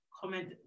Comment